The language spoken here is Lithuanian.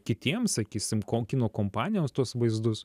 kitiem sakysim ko kino kompanijoms tuos vaizdus